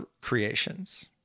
creations